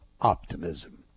optimism